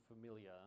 familiar